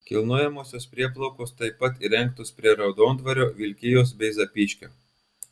kilnojamosios prieplaukos taip pat įrengtos prie raudondvario vilkijos bei zapyškio